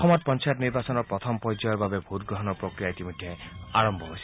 অসমত পঞ্চায়ত নিৰ্বাচনৰ প্ৰথম পৰ্যায়ৰ বাবে ভোট গ্ৰহণৰ প্ৰক্ৰিয়া ইতিমধ্যে আৰম্ভ হৈছে